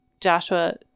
Joshua